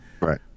Right